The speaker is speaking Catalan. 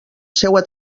seua